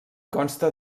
consta